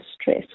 stress